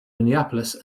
minneapolis